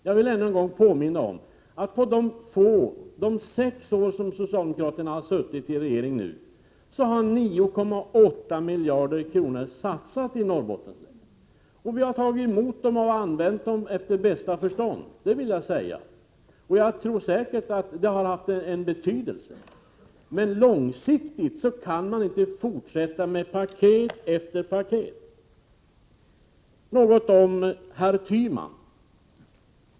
Jag vill ännu en gång påminna om att under de sex år som socialdemokraterna har varit i regeringsställning så har 9,8 miljarder kronor satsats i Norrbottens län. Vi har tagit emot de pengarna och använt dem efter bästa förstånd — det vill jag säga. Jag tror säkert att det har haft en betydelse, men långsiktigt kan man inte fortsätta att utdela paket efter paket. Så något om herr Tyman.